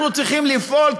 אנחנו צריכים לפעול,